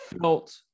felt